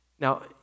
Now